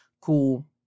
Cool